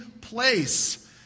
place